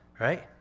right